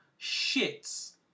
shits